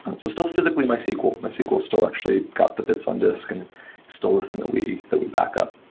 and so still physically mysql. mysql still actually got the bits on disk and still a thing that we that we backup.